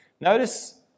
notice